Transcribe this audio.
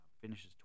finishes